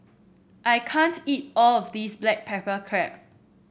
I can't eat all of this Black Pepper Crab